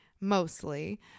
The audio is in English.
mostly